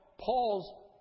Paul's